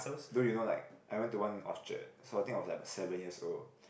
dude you know like I went to one in Orchard so I think I was like seven years old